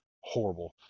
horrible